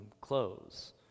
clothes